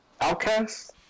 Outcast